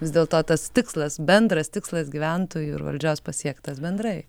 vis dėlto tas tikslas bendras tikslas gyventojų ir valdžios pasiektas bendrai